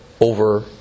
over